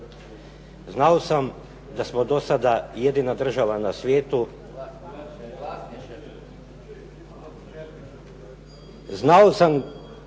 Znao sam da smo do sada jedina država na svijetu u kojem